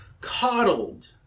coddled